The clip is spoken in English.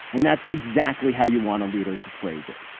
and that's exactly how you want a leader to phrase it.